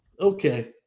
Okay